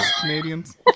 Canadians